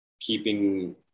keeping